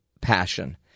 passion